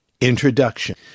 Introduction